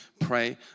pray